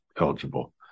eligible